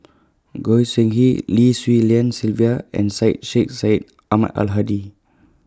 Goi Seng Hui Lim Swee Lian Sylvia and Syed Sheikh Syed Ahmad Al Hadi